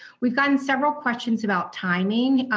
we've gotten several questions about timing,